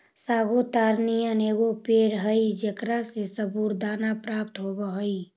sago ताड़ नियन एगो पेड़ हई जेकरा से सबूरदाना प्राप्त होब हई